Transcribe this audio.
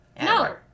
No